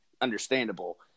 understandable